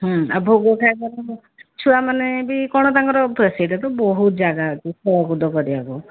ହୁଁ ଆଉ ଭୋଗ ଖାଇବାକୁ ଛୁଆମାନେ ବି କ'ଣ ତାଙ୍କର ଉପାସ ସେଇଠି ତ ବହୁତ ଯାଗା ଅଛି ଖେଳକୁଦ କରିବାକୁ